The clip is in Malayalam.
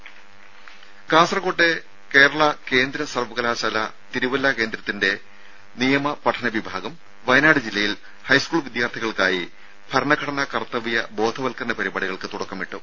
രും കാസർകോട്ടെ കേരള കേന്ദ്ര സർവ്വകലാശാലാ തിരുവല്ലാ കേന്ദ്രത്തിലെ നിയമ പഠന വിഭാഗം വയനാട് ജില്ലയിൽ ഹൈസ്കൂൾ വിദ്യാർത്ഥികൾക്കായി ഭരണഘടനാ കർത്തവ്യ ബോധവൽക്കരണ പരിപാടികൾക്ക് തുടക്കമിട്ടു